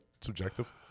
Subjective